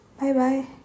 Bye-bye